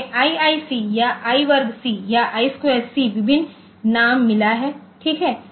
उन्हें IIC या I वर्ग C या I2C विभिन्न नाम मिला है ठीक हैं